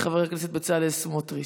יציג, חבר הכנסת בצלאל סמוטריץ'.